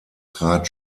trat